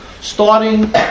starting